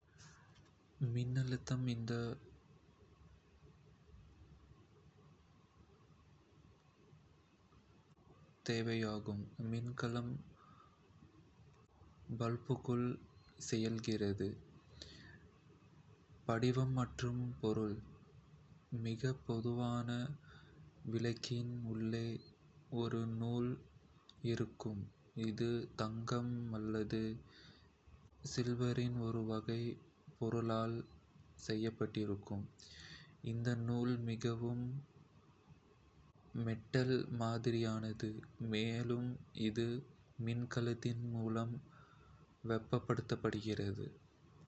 மின்னழுத்தம் இந்தப் புழுவை இயக்குவதற்கு மின்கலம் தேவையாகும். மின்கலம் புழுவுக்குள் செல்கிறது. படிவம் மற்றும் பொருள் மிகப் பொதுவான விளக்கின் உள்ளே ஒரு நூல் இருக்கும், இது தங்கம் அல்லது சில்வரின் ஒரு வகை பொருளால் செய்யப்பட்டிருக்கும். இந்த நூல் மிகவும் மெட்டல் மாதிரியானது, மேலும் இது மின்கலத்தின் மூலம் வெப்பமாக்கப்படுகிறது.